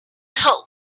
help